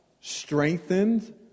Strengthened